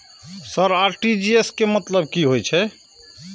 Sir RTGS के मतलब की हे छे?